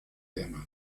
bernhard